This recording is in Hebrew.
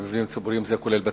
ומבנים ציבוריים כוללים בתי-ספר,